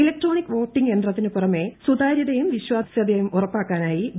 electronic voting യന്ത്രത്തിന് പുറമെ സുതാരൃതയും വിശ്വാസൃതയും ഉറപ്പാക്കാനായി വി